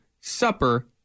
supper